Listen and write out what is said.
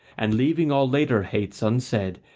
and leaving all later hates unsaid,